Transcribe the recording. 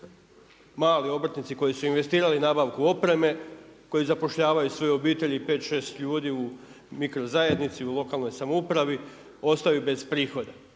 mali obrtnici koji su investirali nabavku opreme, koji zapošljavaju svoje obitelji 5, 6 ljudi, u mikro zajednici, u lokalnoj samoupravi, ostaju bez prihoda.